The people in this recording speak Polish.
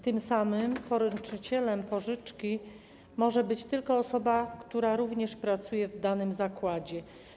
Tym samym poręczycielem pożyczki może być tylko osoba, która również pracuje w danym zakładzie.